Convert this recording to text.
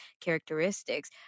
characteristics